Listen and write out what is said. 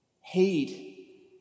hate